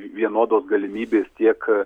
vienodos galimybės tiek